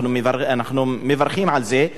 אנחנו מברכים על זה.